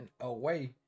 away